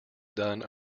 done